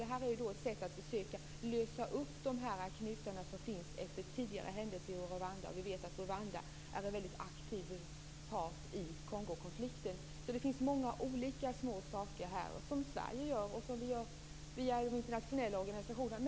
Det är ett sätt att försöka lösa de knutar som finns efter tidigare händelser i Rwanda. Vi vet att Rwanda är en väldigt aktiv part i Kongokonflikten. Det finns många olika små saker som Sverige gör, och som vi gör via de internationella organisationerna.